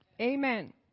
Amen